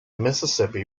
mississippi